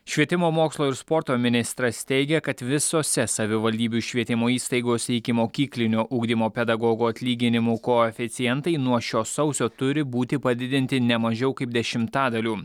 švietimo mokslo ir sporto ministras teigia kad visose savivaldybių švietimo įstaigose ikimokyklinio ugdymo pedagogų atlyginimų koeficientai nuo šio sausio turi būti padidinti ne mažiau kaip dešimtadaliu